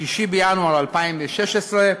6 בינואר 2016,